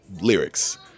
lyrics